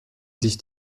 sich